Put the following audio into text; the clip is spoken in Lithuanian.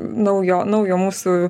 naujo naujo mūsų